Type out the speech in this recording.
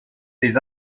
des